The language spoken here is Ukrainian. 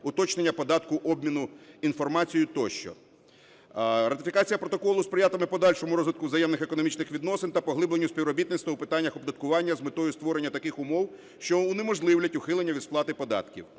уточнення податку, обміну інформацією тощо. Ратифікація протоколу сприятиме подальшому розвитку взаємних економічних відносин та поглибленню співробітництва у питаннях оподаткування з метою створення таких умов, що унеможливлять ухилення від сплати податків.